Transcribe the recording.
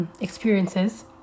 experiences